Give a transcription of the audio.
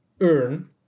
earn